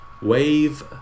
wave